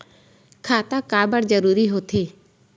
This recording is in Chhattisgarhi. खाता काबर जरूरी हो थे?